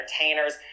entertainers